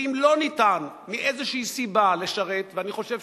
ואם לא ניתַן לשרת מאיזושהי סיבה, ואני חושב